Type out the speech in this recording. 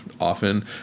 often